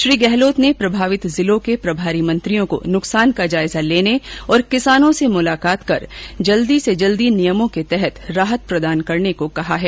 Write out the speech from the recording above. श्री गहलोत ने प्रभावित जिलों के प्रभारी मंत्रियों को नुकसान का जायजा लेने और किसानों से मुलाकात कर जल्दी से जल्दी नियमों के तहत राहत प्रदान करने को कहा है